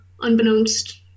unbeknownst